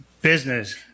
business